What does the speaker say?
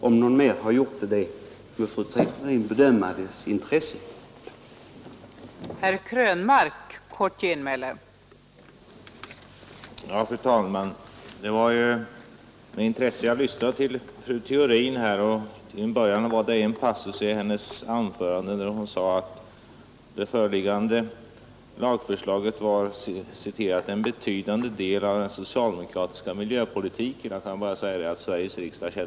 Om någon mer har gjort det, får väl fru Theorin bedöma intresset därav.